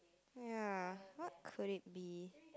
ya what could it be